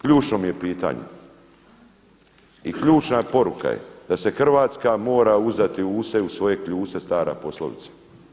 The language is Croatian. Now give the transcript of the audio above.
Ključno mi je pitanje i ključna poruka je da se Hrvatska mora uzdati u se i u svoje kljuse, stara poslovica.